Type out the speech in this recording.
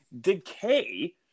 Decay